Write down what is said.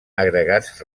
agregats